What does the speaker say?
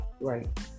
right